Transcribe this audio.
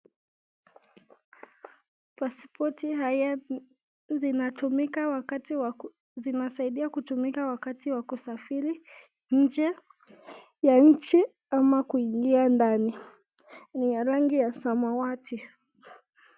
Pasipoti haya zinatumika wakati wa ,zinasaidia kutumika wakati wa kusafiri nje ya nchi ama kuingia ndani, ni ya rangi ya samawati.